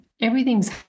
Everything's